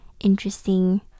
interesting